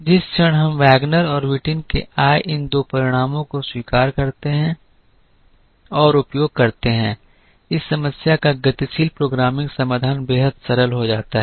जिस क्षण हम वैगनर और व्हिटिन से आए इन दो परिणामों को स्वीकार करते हैं और उपयोग करते हैं इस समस्या का गतिशील प्रोग्रामिंग समाधान बेहद सरल हो जाता है